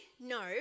No